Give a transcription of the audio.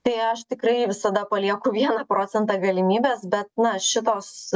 tai aš tikrai visada palieku vieną procentą galimybės bet na šitos